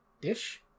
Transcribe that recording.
Dish